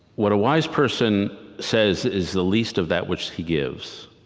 what a wise person says is the least of that which he gives.